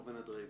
ראובן אדרעי,